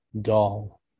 doll